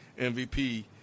MVP